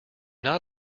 not